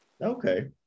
Okay